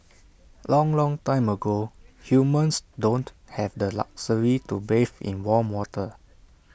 long long time ago humans don't have the luxury to bathe in warm water